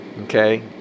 okay